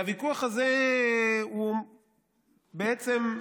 הוויכוח הזה הוא בעצם,